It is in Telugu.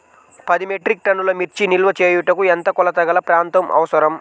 పది మెట్రిక్ టన్నుల మిర్చి నిల్వ చేయుటకు ఎంత కోలతగల ప్రాంతం అవసరం?